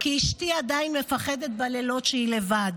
כי אשתי עדיין מפחדת בלילות כשהיא לבד.